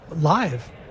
live